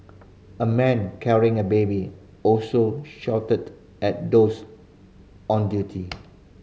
a man carrying a baby also shouted at those on duty